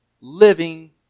living